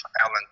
Alan